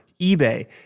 eBay